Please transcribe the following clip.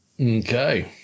Okay